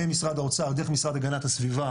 ממשרד האוצר דרך משרד הגנת הסביבה,